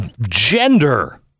gender